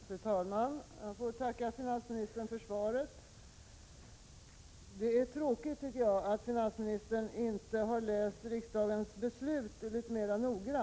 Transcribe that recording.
Fru talman! Jag får tacka finansministern för svaret. Jag tycker det är tråkigt att finansministern inte har läst riksdagens beslut litet mera noggrant.